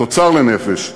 תוצר לנפש,